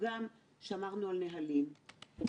מעבר להיותכם חברי כנסת,